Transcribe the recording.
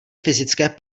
fyzické